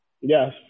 Yes